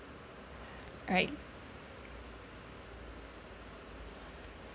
alright